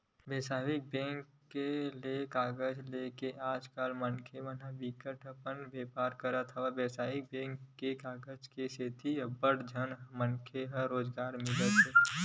बेवसायिक बेंक ले करजा लेके आज बिकट मनखे ह अपन बेपार करत हे बेवसायिक बेंक के करजा के सेती अड़बड़ झन मनखे ल रोजगार मिले हे